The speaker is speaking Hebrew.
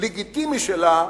לגיטימי שלה,